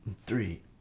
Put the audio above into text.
three